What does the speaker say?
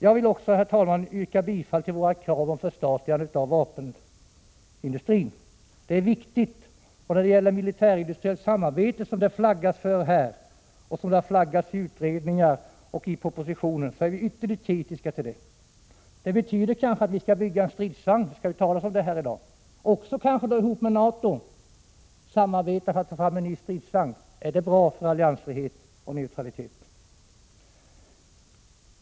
Jag vill också, herr talman, yrka bifall till vårt förslag om ett förstatligande av vapenindustrin. Det är viktigt. Till militärindustriellt samarbete, som det flaggas för här och som det har flaggats för i utredningar och i propositionen, är vi ytterligt kritiska. Det betyder kanske att vi skall bygga en stridsvagn — det skall ju talas om det här i dag — ihop med NATO. Att samarbeta med NATO för att få fram en ny stridsvagn — är det bra för alliansfrihet och neutralitet?